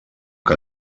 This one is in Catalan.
que